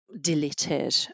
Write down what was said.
deleted